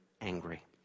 angry